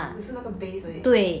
只是那个 base 而已